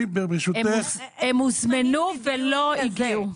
הם הוזמנו ולא הגיעו.